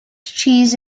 cheese